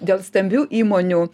dėl stambių įmonių